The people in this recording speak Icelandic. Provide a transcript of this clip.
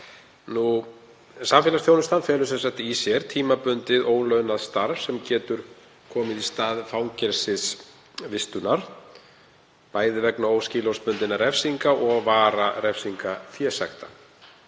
Samfélagsþjónustan felur í sér tímabundið ólaunað starf sem getur komið í stað fangelsisvistunar, bæði vegna óskilorðsbundinna refsinga og vararefsinga fésekta.